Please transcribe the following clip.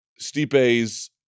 Stipe's